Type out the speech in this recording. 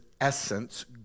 essence